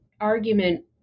argument